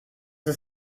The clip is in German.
ist